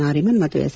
ನಾರಿಮನ್ ಮತ್ತು ಎಸ್